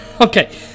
okay